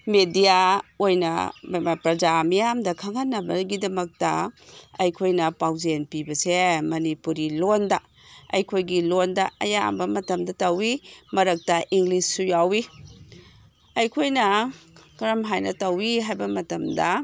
media ꯑꯣꯏꯅ ꯄ꯭ꯔꯖꯥ ꯃꯤꯌꯥꯝꯗ ꯈꯪꯍꯟꯅꯕꯒꯤꯗꯃꯛꯇ ꯑꯩꯈꯣꯏꯅ ꯄꯥꯎꯖꯦꯟ ꯄꯤꯕꯁꯦ ꯃꯅꯤꯄꯨꯔꯤ ꯂꯣꯟꯗ ꯑꯩꯈꯣꯏꯒꯤ ꯂꯣꯟꯗ ꯑꯌꯥꯝꯕ ꯃꯇꯝꯗ ꯇꯧꯏ ꯃꯔꯛꯇ ꯏꯪꯂꯤꯁꯁꯨ ꯌꯥꯎꯏ ꯑꯩꯈꯣꯏꯅ ꯀꯔꯝ ꯍꯥꯏꯅ ꯇꯧꯏ ꯍꯥꯏꯕ ꯃꯇꯝꯗ